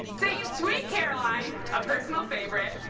singing sweet caroline, a personal favorite,